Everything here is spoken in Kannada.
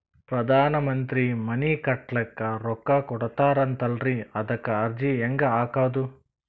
ಪ್ರಧಾನ ಮಂತ್ರಿ ಮನಿ ಕಟ್ಲಿಕ ರೊಕ್ಕ ಕೊಟತಾರಂತಲ್ರಿ, ಅದಕ ಅರ್ಜಿ ಹೆಂಗ ಹಾಕದು?